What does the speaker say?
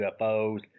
UFOs